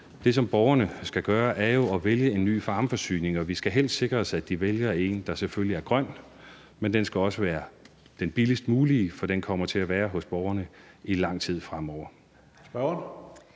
det, som borgerne skal gøre, er jo at vælge en ny varmeforsyning, og vi skal helst sikre os, at de vælger en, der selvfølgelig er grøn, men som også skal være den billigst mulige, for borgerne kommer til at skulle benytte den i lang tid fremover.